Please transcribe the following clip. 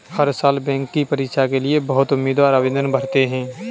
हर साल बैंक की परीक्षा के लिए बहुत उम्मीदवार आवेदन पत्र भरते हैं